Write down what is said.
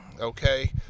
Okay